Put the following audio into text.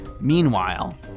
Meanwhile